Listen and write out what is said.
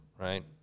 right